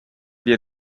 via